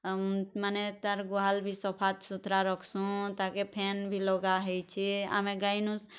ମାନେ ତାର୍ ଗୁହାଲ୍ ବି ସଫା ସୁତୁରା ରଖ୍ସୁଁ ତାକେ ଫ୍ୟାନ୍ ବି ଲଗା ହେଇଛେ ଆମେ ଗାଈନୁ